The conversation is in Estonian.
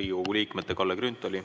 Riigikogu liikmete Kalle Grünthali,